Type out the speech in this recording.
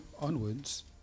onwards